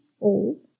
old